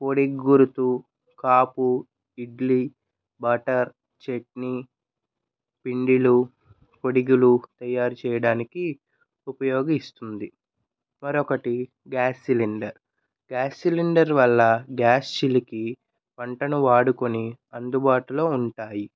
కోడి గురుతు కాపు ఇడ్లీ బటర్ చట్నీ పిండిలు పొడిగులు తయారు చేయడానికి ఉపయోగిస్తుంది మరొకటి గ్యాస్ సిలిండర్ గ్యాస్ సిలిండర్ వల్ల గ్యాస్ చిలికి మంటను వాడుకొని అందుబాటులో ఉంటాయి